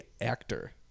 Actor